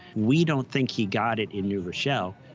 we don't think he got it in new rochelle.